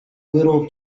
little